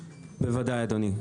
בוודאי, אדוני.